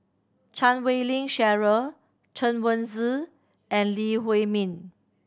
Chan Wei Ling Cheryl Chen Wen Hsi and Lee Huei Min